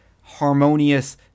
harmonious